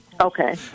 Okay